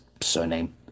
surname